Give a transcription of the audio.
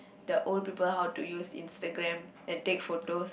the old people who to use the Instagram and take photos